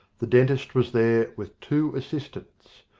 the dentist was there with two assistants.